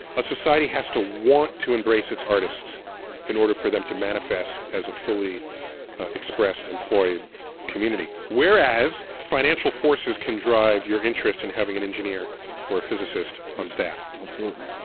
a society has to want to embrace its artists in order for them to manifest as a fully expressed, employed community. whereas financial forces can drive your interests in having an engineer or a physicist on staff. absolutely.